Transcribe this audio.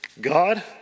God